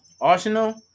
Arsenal